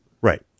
Right